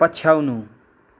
पछ्याउनु